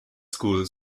school